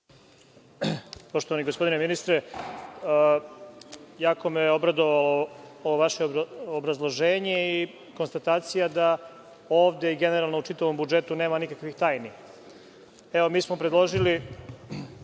Poštovani gospodine ministre, jako me je obradovalo ovo vaše obrazloženje i konstatacija da ovde generalno u čitavom budžetu nema nikakvih tajni. Mi smo predložili,